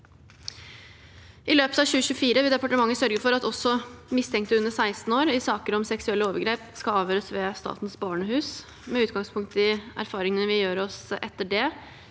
I løpet av 2024 vil departementet sørge for at også mistenkte under 16 år i saker om seksuelle overgrep skal avhøres ved Statens barnehus. Med utgangspunkt i erfaringene vi gjør oss etter det,